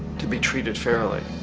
to be treated fairly.